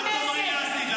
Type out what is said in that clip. אל תאמרי "להסית".